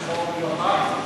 זיכרונו לברכה,